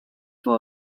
will